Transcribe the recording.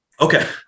Okay